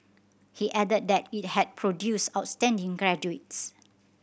he added that it had produced outstanding graduates